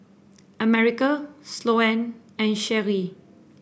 America Sloane and Sheree